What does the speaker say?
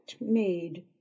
made